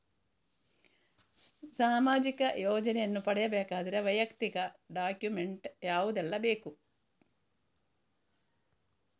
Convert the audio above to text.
ಸಾಮಾಜಿಕ ಯೋಜನೆಯನ್ನು ಪಡೆಯಬೇಕಾದರೆ ವೈಯಕ್ತಿಕ ಡಾಕ್ಯುಮೆಂಟ್ ಯಾವುದೆಲ್ಲ ಬೇಕು?